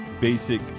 basic